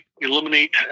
eliminate